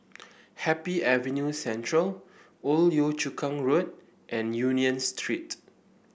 Happy Avenue Central Old Yio Chu Kang Road and Union Street